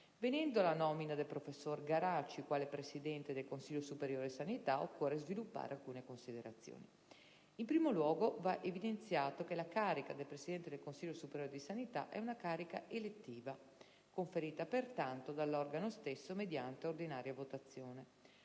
Venendo alla nomina del professor Enrico Garaci quale presidente del Consiglio superiore di sanità, occorre sviluppare alcune considerazioni. In primo luogo, va evidenziato che la carica di presidente del Consiglio superiore di sanità è una carica elettiva, conferita, pertanto, dall'organo stesso, mediante ordinaria votazione.